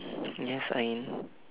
yes I am